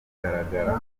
kugaragara